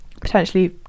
Potentially